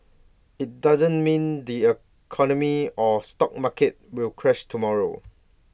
IT doesn't mean the economy or stock market will crash tomorrow